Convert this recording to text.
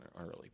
early